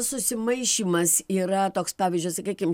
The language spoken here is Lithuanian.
susimaišymas yra toks pavyzdžiui sakykim